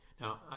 Now